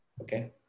okay